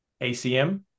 ACM